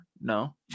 No